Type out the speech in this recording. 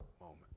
moment